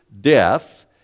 death